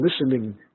listening